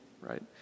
right